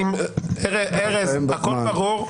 הכול ברור.